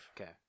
Okay